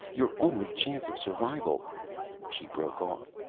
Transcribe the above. your only chance of survival she broke off.